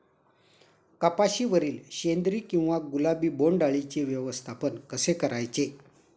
कपाशिवरील शेंदरी किंवा गुलाबी बोंडअळीचे व्यवस्थापन कसे करायचे?